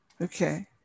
Okay